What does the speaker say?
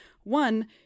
One